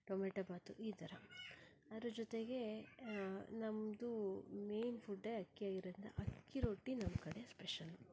tomato bath ಈ ಥರ ಅದ್ರ ಜೊತೆಗೆ ನಮ್ಮದು ಮೇನ್ ಫುಡ್ಡೇ ಅಕ್ಕಿ ಆಗಿರೋದ್ರಿಂದ ಅಕ್ಕಿ ರೊಟ್ಟಿ ನಮ್ಮ ಕಡೆ ಸ್ಪೆಷಲ್ಲು